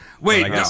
Wait